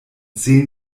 zehn